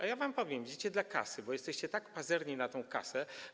A ja wam powiem: idziecie dla kasy, bo jesteście tak pazerni na tę kasę.